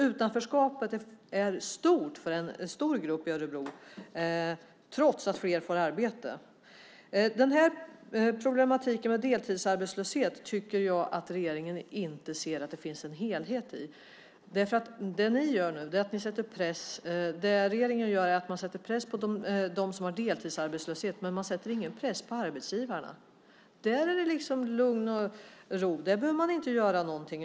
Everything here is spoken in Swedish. Utanförskapet är alltså stort för en stor grupp i Örebro trots att fler får arbete. Problematiken med deltidsarbetslöshet tycker jag att regeringen inte ser en helhet i. Det regeringen nu gör är att sätta press på dem som är deltidsarbetslösa, men man sätter ingen press på arbetsgivarna. Där är det liksom lugn och ro. Där behöver man inte göra någonting.